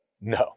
No